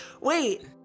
Wait